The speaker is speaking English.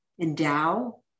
endow